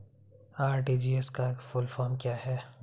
RTGS का full form क्या है?